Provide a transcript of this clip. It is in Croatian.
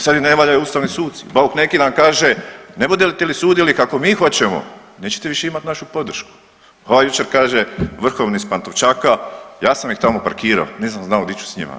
Sada im ne valjaju ustavni suci, Bauk neki dan kaže ne budete li sudili kako mi hoćemo nećete više imati našu podršku, a ovaj jučer kaže vrhovni s Pantovčaka, ja sam ih tamo parkirao nisam znao di ću s njima.